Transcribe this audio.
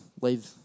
leave